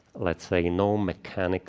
let's say, no mechanical